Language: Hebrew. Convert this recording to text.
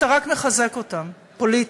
אתה רק מחזק אותם פוליטית.